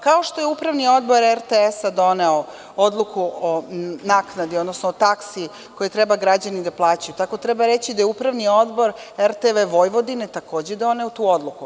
Kao što je Upravni odbor RTS-a doneo odluku o naknadi, odnosno o taksi koju trebaju građani da plaćaju, tako treba reći da je Upravni odbor RTV Vojvodine takođe doneo tu odluku.